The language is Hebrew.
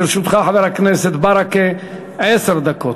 לרשותך, חבר הכנסת ברכה, עשר דקות.